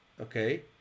Okay